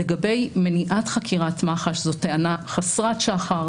לגבי מניעת חקירת מח"ש, זאת טענה חסרת שחר.